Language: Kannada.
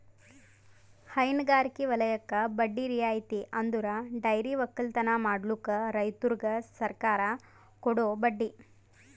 ಹೈನಗಾರಿಕೆ ವಲಯಕ್ಕೆ ಬಡ್ಡಿ ರಿಯಾಯಿತಿ ಅಂದುರ್ ಡೈರಿ ಒಕ್ಕಲತನ ಮಾಡ್ಲುಕ್ ರೈತುರಿಗ್ ಸರ್ಕಾರ ಕೊಡೋ ಬಡ್ಡಿ